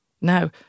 Now